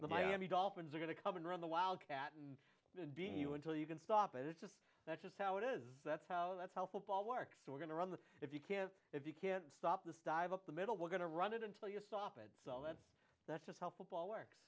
the miami dolphins are going to come and run the wildcat and it being you until you can stop it it's just that's just how it is that's how that's how football works we're going to run that if you can't if you can't stop this dive up the middle we're going to run it until you stop it so that's just how football works